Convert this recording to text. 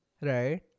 Right